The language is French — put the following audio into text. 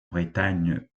bretagne